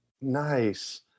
Nice